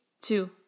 two